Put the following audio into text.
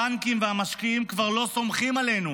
הבנקים והמשקיעים כבר לא סומכים עלינו.